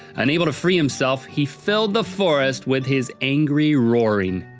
unable to free himself, he filled the forest with his angry roaring.